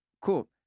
Cool